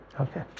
okay